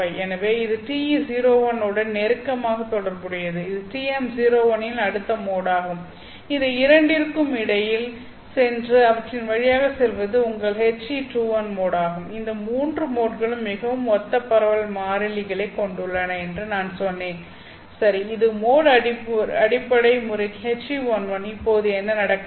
எனவே இது TE01 உடன் நெருக்கமாக தொடர்புடையது இது TM01 இன் அடுத்த மோடாகும் இந்த இரண்டிற்கும் இடையில் சென்று அவற்றின் வழியாக செல்வது உங்கள் HE21 மோடாகும் இந்த மூன்று மோட்களும் மிகவும் ஒத்த பரவல் மாறிலிகளைக் கொண்டுள்ளன என்று நான் சொன்னேன் சரி இது மோட் அடிப்படை முறை HE11 இப்போது என்ன நடக்க வேண்டும்